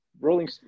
rolling